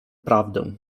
prawdę